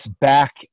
back